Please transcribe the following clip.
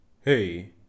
Hey